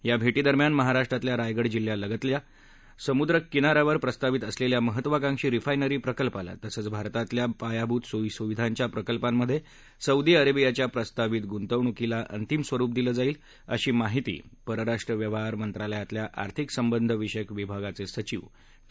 या भेटीदरम्यान महाराष्ट्रातल्या रायगड जिल्ह्यालगतच्या समुद्र किनाऱ्यावर प्रस्तावित असलेल्या महत्वाकांक्षी रिफायनरी प्रकल्पाला तसंच भारतातल्या पायाभूत सोयी सुविधांच्या प्रकल्पामध्ये सोदी अरेबियाच्या प्रस्तावित गुंतवणूकीला अंतिम स्वरूप दिलं जाईल अशी माहिती परराष्ट्र व्यवहार मंत्रालयातल्या आर्थिक संबंधविषयक विभागाचे सचिव टी